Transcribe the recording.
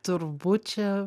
turbūt čia